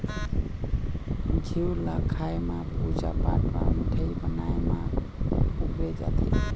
घींव ल खाए म, पूजा पाठ म, मिठाई बनाए म बउरे जाथे